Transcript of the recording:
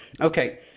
Okay